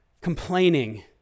complaining